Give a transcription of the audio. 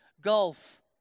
golf